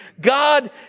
God